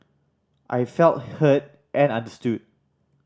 I felt heard and understood